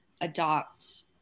adopt